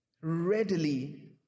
readily